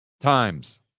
times